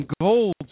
gold